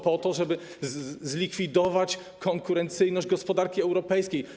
Po to, żeby zlikwidować konkurencyjność gospodarki europejskiej.